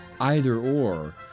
either-or